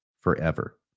forever